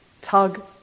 tug